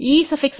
எனவேEr 4